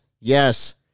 yes